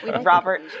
Robert